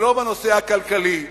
ולא בנושא הכלכלי,